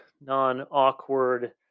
non-awkward